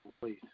please